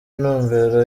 intumbero